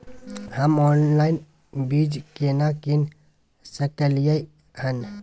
हम ऑनलाइन बीज केना कीन सकलियै हन?